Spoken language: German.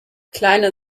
kleine